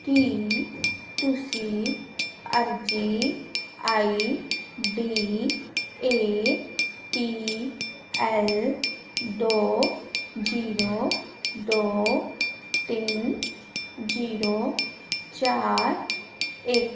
ਕੀ ਤੁਸੀਂ ਅਰਜੀ I D A P L ਦੋ ਜੀਰੋ ਦੋ ਤਿੰਨ ਜੀਰੋ ਚਾਰ ਇੱਕ